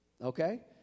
Okay